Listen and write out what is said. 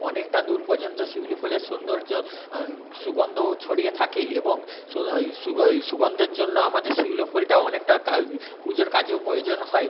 অনেকটা দূর পর্যন্ত শিউলি ফুলের সৌন্দর্য সুগন্ধও ছড়িয়ে থাকে এবং সুগন্ধের জন্য আমাদের শিউলি ফুলটা অনেকটা পুজোর কাজেও প্রয়োজন হয়